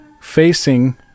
Facing